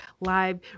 live